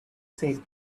said